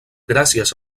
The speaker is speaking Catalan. gràcies